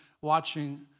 watching